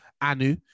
Anu